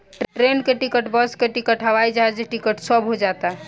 train के ticket, bus के ticket, हवाई जहाज टिकट सब हो जाता